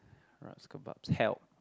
rubs kebabs help